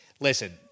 Listen